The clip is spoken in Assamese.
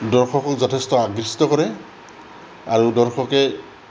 দৰ্শকক যথেষ্ট আকৃষ্ট কৰে আৰু দৰ্শকে